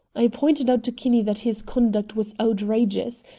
i pointed out to kinney that his conduct was outrageous,